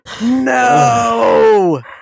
No